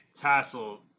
Tassel